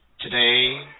Today